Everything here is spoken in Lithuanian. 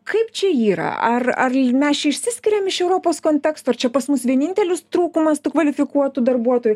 kaip čia yra ar ar mes čia išsiskiriam iš europos konteksto ar čia pas mus vienintelius trūkumas tų kvalifikuotų darbuotojų